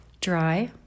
dry